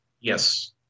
Yes